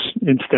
instance